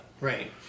right